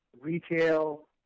retail